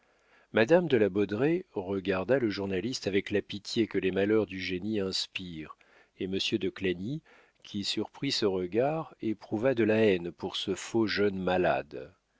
madame de la baudraye regarda le journaliste avec la pitié que les malheurs du génie inspirent et monsieur de clagny qui surprit ce regard éprouva de la haine pour ce faux jeune malade